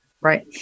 Right